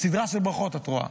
סדרה של ברכות, את רואה.